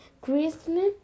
Christmas